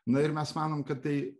na ir mes manom kad tai